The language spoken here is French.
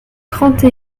trente